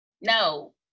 no